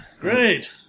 Great